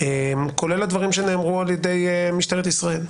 כולל הדברים שנאמרו על ידי משטרת ישראל,